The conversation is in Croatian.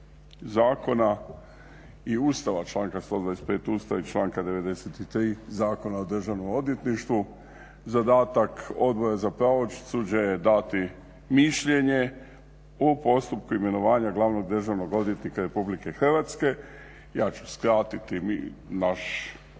Zakona i Ustava, članka 125. Ustava i članka 93. Zakona o državnom odvjetništvu, zadatak Odbora za pravosuđe je dati mišljenje u postupku imenovanja glavnog državnog odvjetnika RH. Ja ću skratiti naš